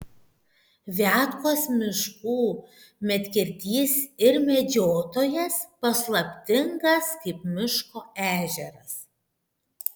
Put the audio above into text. viatkos miškų medkirtys ir medžiotojas paslaptingas kaip miško ežeras